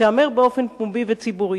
תיאמר באופן פומבי וציבורי.